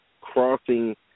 crossing